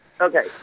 Okay